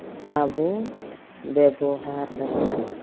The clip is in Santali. ᱟᱵᱚ ᱵᱮᱵᱚᱦᱟᱨ ᱫᱟᱵᱚᱱ